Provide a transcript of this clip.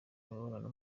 imibonano